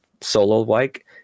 solo-like